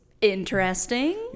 interesting